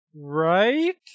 right